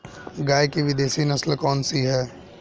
गाय की विदेशी नस्ल कौन सी है?